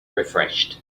refreshed